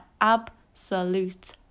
absolute